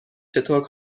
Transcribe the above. چطور